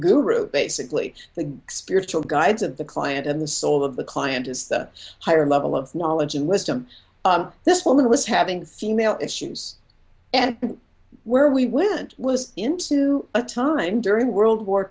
guru basically the spiritual guides of the client and the soul of the client is the higher level of knowledge and wisdom this woman was having female issues and where we wouldn't was into a time during world war